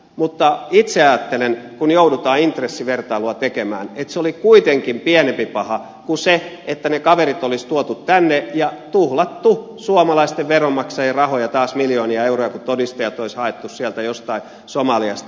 mutta itse ajattelen kun joudutaan intressivertailua tekemään että se oli kuitenkin pienempi paha kuin se että ne kaverit olisi tuotu tänne ja tuhlattu suomalaisten veronmaksajien rahoja taas miljoonia euroja kun todistajat olisi haettu sieltä jostain somaliasta